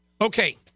Okay